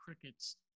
crickets